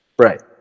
Right